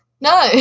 No